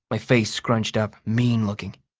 my face scrunched up, mean-looking.